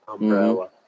umbrella